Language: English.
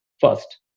first